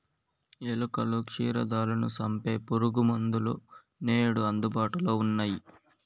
ఎలుకలు, క్షీరదాలను సంపె పురుగుమందులు నేడు అందుబాటులో ఉన్నయ్యి